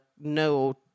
no